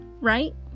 right